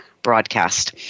Broadcast